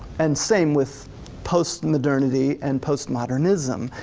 and same with post-modernity and post-modernism.